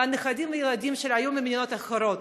והנכדים או הילדים שלה היו ממדינות אחרות,